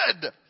good